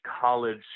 college